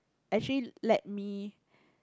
actually let me